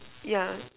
yeah